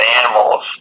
animals